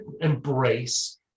embrace